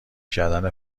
کردن